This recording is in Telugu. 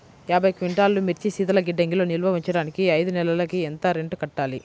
యాభై క్వింటాల్లు మిర్చి శీతల గిడ్డంగిలో నిల్వ ఉంచటానికి ఐదు నెలలకి ఎంత రెంట్ కట్టాలి?